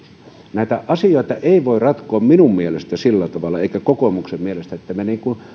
näitä asioita ei voi ratkoa minun mielestäni eikä kokoomuksen mielestä sillä tavalla että me